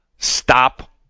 Stop